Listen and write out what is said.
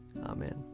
Amen